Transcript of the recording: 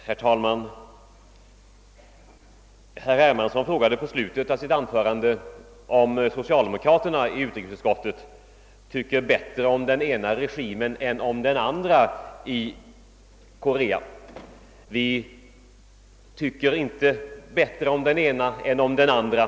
Herr talman! Herr Hermansson frågade i slutet av sitt anförande, om socialdemokraterna i utrikesutskottet tycker bättre om den ena sidan i Korea än om den andra. Vi tycker inte bättre om den ena sidan än om den andra.